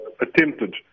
attempted